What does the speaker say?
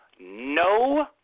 no